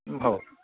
हो